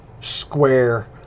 square